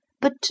but